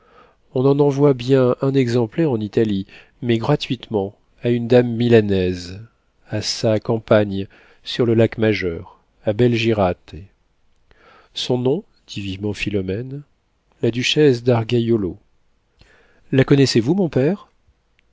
on en envoie bien un exemplaire en italie mais gratuitement à une dame milanaise à sa campagne sur le lac majeur à belgirate son nom dit vivement philomène la duchesse d'argaiolo la connaissez-vous mon père